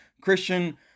Christian